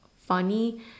funny